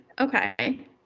okay